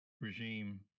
regime